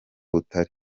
butari